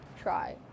try